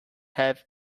have